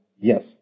yes